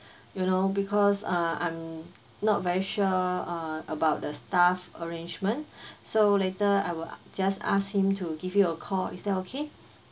you know because uh I'm not very sure uh about the staff arrangement so later I will just ask him to give you a call is that okay